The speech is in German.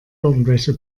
irgendwelche